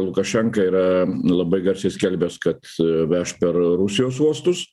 lukašenka yra labai garsiai skelbęs kad veš per rusijos uostus